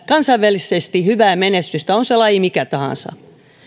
kansainvälisesti hyvää menestystä on se laji mikä tahansa